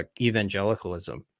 Evangelicalism